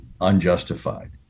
unjustified